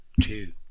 two